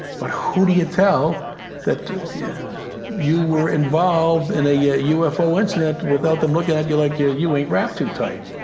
but who do you tell that yeah you were involved in a yeah ufo incident without them looking at you like you you ain't wrapped too tight?